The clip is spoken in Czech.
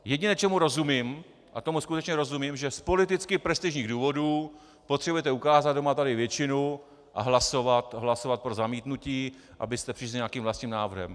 Jediné, čemu rozumím, a tomu skutečně rozumím, že z politicky prestižních důvodů potřebujete ukázat, kdo má tady většinu, a hlasovat pro zamítnutí, abyste přišli s nějakým vlastním návrhem.